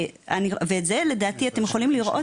ואת זה, לדעתי, אתם יכולים לראות.